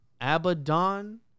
Abaddon